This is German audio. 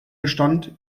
bestand